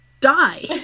die